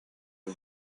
the